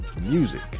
music